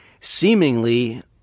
seemingly